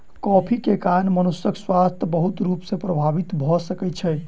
coffee के कारण मनुषक स्वास्थ्य बहुत रूप सॅ प्रभावित भ सकै छै